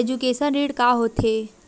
Education ऋण का होथे?